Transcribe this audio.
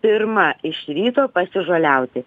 pirma iš ryto pasižoliauti